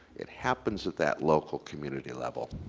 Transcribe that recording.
it happens at that local community level.